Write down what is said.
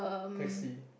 taxi